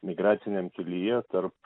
migraciniam kelyje tarp